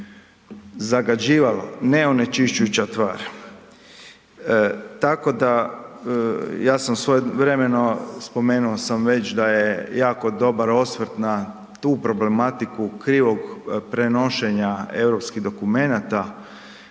Zagađivalo, neonečišćujuća tvar. Tako da, ja sam svojevremeno, spomenuo sam već da je jako dobar osvrt na tu problematiku krivog prenošenja europskih dokumenata